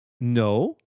No